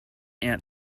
aunt